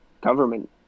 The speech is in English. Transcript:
government